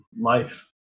life